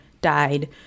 died